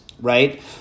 right